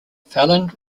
fallon